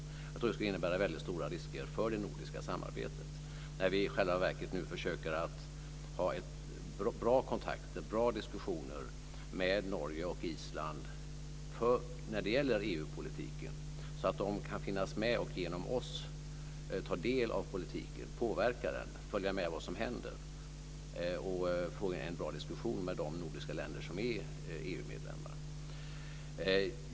Jag tror att det skulle innebära väldigt stora risker för det nordiska samarbetet när vi i själva verket nu försöker ha en bra kontakt och bra diskussioner med Norge och Island när det gäller EU politiken så att de kan finnas med och genom oss ta del av politiken, påverka den, följa med vad som händer och ändå ha en diskussion med de nordiska länder som är EU-medlemmar.